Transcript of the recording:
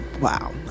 wow